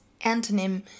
antonym